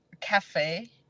cafe